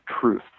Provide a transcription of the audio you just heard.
truth